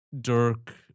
Dirk